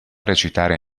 recitare